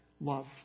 love